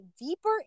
deeper